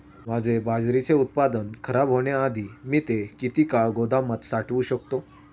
माझे बाजरीचे उत्पादन खराब होण्याआधी मी ते किती काळ गोदामात साठवू शकतो?